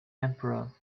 emperor